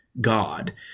God